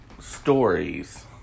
stories